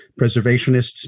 preservationists